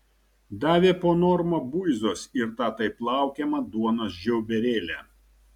davė po normą buizos ir tą taip laukiamą duonos žiauberėlę